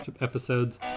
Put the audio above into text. episodes